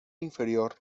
inferior